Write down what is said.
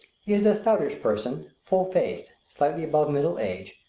he is a stoutish person, full-faced, slightly above middle age,